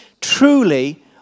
truly